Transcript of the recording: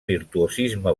virtuosisme